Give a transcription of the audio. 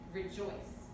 rejoice